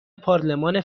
پارلمان